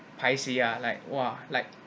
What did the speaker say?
paiseh ah like !wah! like